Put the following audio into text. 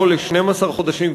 לא ל-12 חודשים,